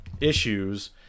issues